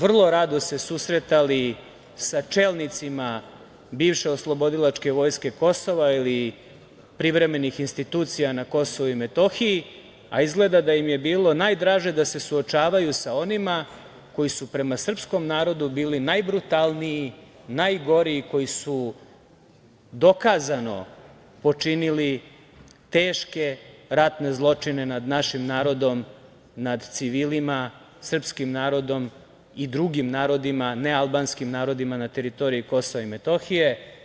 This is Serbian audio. Vrlo rado su se susretali sa čelnicima bivše „oslobodilačke vojske Kosova“ ili privremenih institucija na Kosovu i Metohiji, a izgleda da im je bilo najdraže da se suočavaju sa onima koji su prema srpskom narodu bili najbrutalniji, najgori, koji su dokazano počinili teške ratne zločine nad našim narodom, nad civilima, srpskim narodom i drugim narodima, nealbanskim narodima na teritoriji KiM.